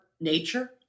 nature